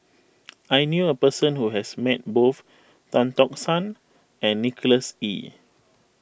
I knew a person who has met both Tan Tock San and Nicholas Ee